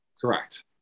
Correct